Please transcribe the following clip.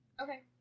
Okay